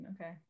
okay